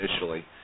initially